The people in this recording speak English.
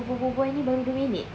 kita berbual berbual ni baru dua minit